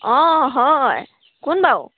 অঁ হয় কোন বাৰু